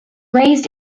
raised